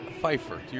Pfeiffer